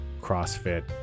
CrossFit